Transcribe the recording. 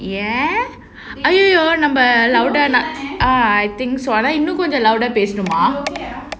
ya !aiyo! !aiyoyo! நம்ம:namma louder a'ah ah I think so இன்னும் கொஞ்சம்:innum konjam louder பேசனுமா:pesanumaa